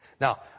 Now